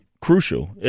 crucial